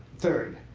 third.